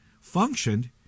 functioned